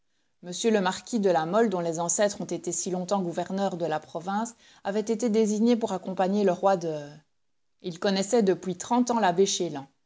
m le marquis de la mole dont les ancêtres ont été si longtemps gouverneurs de la province avait été désigné pour accompagner le roi de il connaissait depuis trente ans